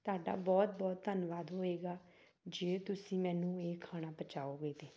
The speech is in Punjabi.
ਤੁਹਾਡਾ ਬਹੁਤ ਬਹੁਤ ਧੰਨਵਾਦ ਹੋਏਗਾ ਜੇ ਤੁਸੀਂ ਮੈਨੂੰ ਇਹ ਖਾਣਾ ਪਹੁੰਚਾਓਗੇ ਤਾਂ